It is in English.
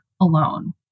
alone